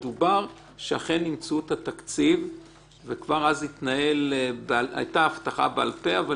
דובר שאכן ימצאו את התקציב וכבר אז היתה הבטחה בעל-פה אבל